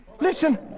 listen